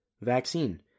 vaccine